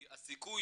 כי הסיכוי